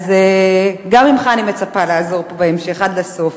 אז גם ממך אני מצפה לעזור פה בהמשך עד הסוף.